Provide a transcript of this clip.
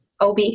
OB